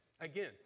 again